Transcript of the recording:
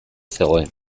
zegoen